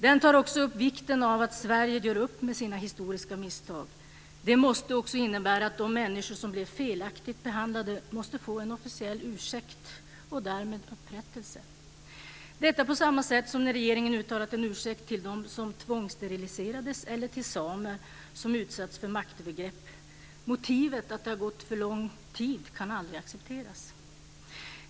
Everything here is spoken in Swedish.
Den tar också upp vikten av att Sverige gör upp med sina historiska misstag. Det måste också innebära att de människor som blev felaktigt behandlade måste få en officiell ursäkt och därmed upprättelse. Detta måste ske på samma sätt när regeringen uttalat en ursäkt till dem som tvångssteriliserades eller till samer som utsatts för maktövergrepp. Motivet att det har gått för lång tid kan aldrig accepteras.